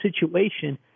situation